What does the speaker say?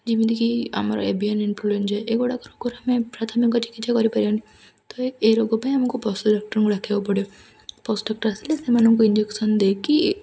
ଯେମିତିକି ଆମର avian influenza ଏଗୁଡ଼ାକ ରୋଗରୁ ଆମେ ପ୍ରାଥମିକ ଚିକିତ୍ସା କରିପାରିବାନି ତ ଏ ରୋଗ ପାଇଁ ଆମକୁ ପଶୁ ଡାକ୍ଟରଙ୍କୁ ଡାକିବାକୁ ପଡ଼ିବ ପଶୁ ଡାକ୍ଟର ଆସିଲେ ସେମାନଙ୍କୁ ଇଞ୍ଜେକ୍ସନ୍ ଦେଇକି